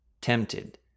tempted